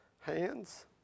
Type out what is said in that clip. hands